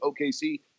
OKC